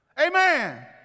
Amen